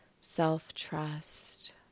self-trust